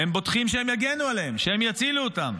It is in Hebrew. הם בוטחים שהם יגנו עליהם, שהם יצילו אותם,